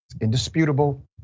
indisputable